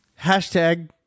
Hashtag